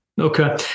Okay